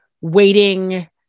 waiting